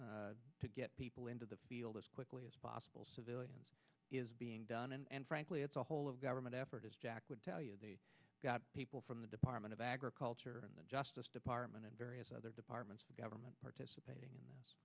now to get people into the field as quickly as possible civilian is being done and frankly it's a whole of government effort as jack would tell you got people from the department of agriculture the justice department and various other departments of government participating in